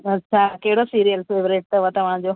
अच्छा कहिड़ो serial favourite अथव तव्हांजो